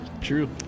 true